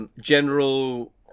General